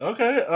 Okay